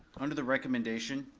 under the recommendation,